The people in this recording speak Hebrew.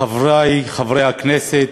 חברי חברי הכנסת,